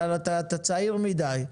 אתה צעיר מידי.